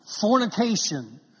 fornication